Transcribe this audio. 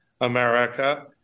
America